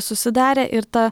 susidarė ir ta